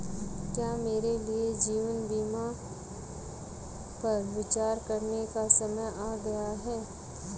क्या मेरे लिए जीवन बीमा पर विचार करने का समय आ गया है?